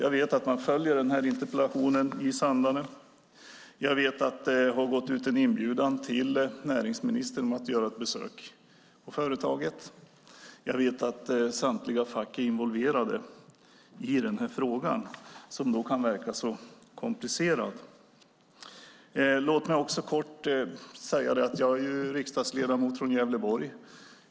Jag vet att man i Sandarne följer interpellationsdebatten. Jag vet att det har gått ut en inbjudan till näringsministern att göra ett besök på företaget. Jag vet att samtliga fack är involverade i frågan, som då kan verka så komplicerad. Låt mig också kort säga att jag är riksdagsledamot från Gävleborg.